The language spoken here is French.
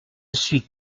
suis